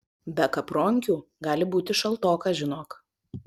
be kapronkių gali būti šaltoka žinok